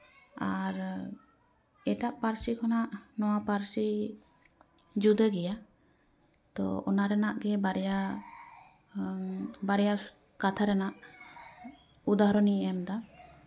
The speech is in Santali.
ᱟᱨ ᱮᱴᱟᱜ ᱯᱟᱹᱨᱥᱤ ᱠᱷᱚᱱᱟᱜ ᱱᱚᱣᱟ ᱯᱟᱹᱨᱥᱤ ᱡᱩᱫᱟᱹᱜᱮᱭᱟ ᱛᱚ ᱚᱱᱟ ᱨᱮᱱᱟᱜ ᱜᱮ ᱵᱟᱨᱭᱟ ᱵᱟᱨᱭᱟ ᱠᱟᱛᱷᱟ ᱨᱮᱱᱟᱜ ᱩᱫᱟᱦᱚᱨᱚᱱᱤᱧ ᱮᱢᱫᱟ